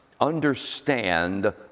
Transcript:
understand